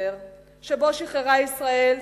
ספטמבר 2009,